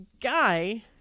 guy